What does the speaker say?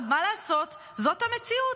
מה לעשות, זאת המציאות.